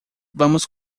vamos